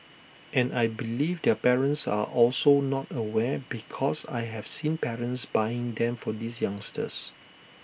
and I believe their parents are also not aware because I have seen parents buying them for these youngsters